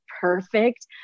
perfect